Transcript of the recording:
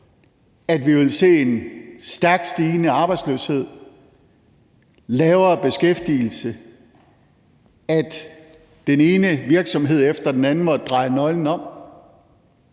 an, ville se en stærkt stigende arbejdsløshed, lavere beskæftigelsesgrad, at den ene virksomhed efter den anden måtte dreje nøglen om,